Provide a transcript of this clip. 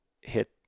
hit